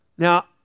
Now